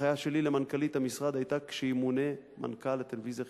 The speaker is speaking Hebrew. ההנחיה שלי למנכ"לית המשרד היתה שכשימונה מנכ"ל לטלוויזיה החינוכית,